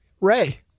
Ray